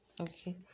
Okay